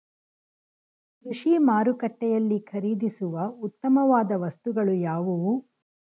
ಕೃಷಿ ಮಾರುಕಟ್ಟೆಯಲ್ಲಿ ಖರೀದಿಸುವ ಉತ್ತಮವಾದ ವಸ್ತುಗಳು ಯಾವುವು?